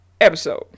episode